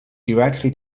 directly